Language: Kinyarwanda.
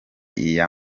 iya